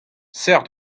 seurt